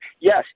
yes